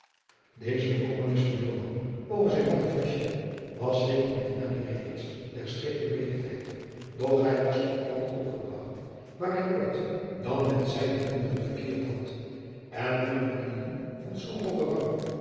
deze bekommernis van joan over zijn matten fleschje was zeker niet naar de regels der strikte beleefdheid doch hij was op t land opgebracht waar hij nooit dan met zijne minderen verkeerd had en nimmer met lieden van zoo hoogen rang